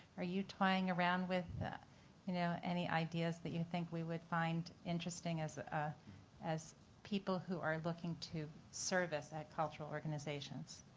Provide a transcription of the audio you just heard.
are you toying around with you know any ideas that you think we would find interesting as ah as people who are looking to service cultural organizations?